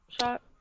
shot